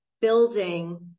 building